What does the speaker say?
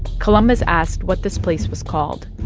columbus asked what this place was called.